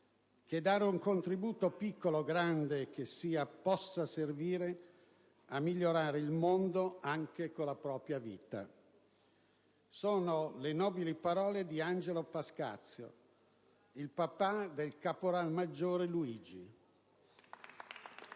che dare un contributo piccolo o grande che sia possa servire a migliorare il mondo anche con la propria vita». Sono le nobili parole di Angelo Pascazio, il papà del caporalmaggiore Luigi,